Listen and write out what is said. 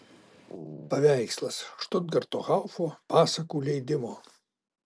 paveikslas štutgarto haufo pasakų leidimo